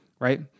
right